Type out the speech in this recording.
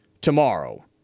tomorrow